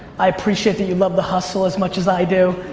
i appreciate that you love the hustle as much as i do.